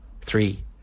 three